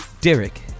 Derek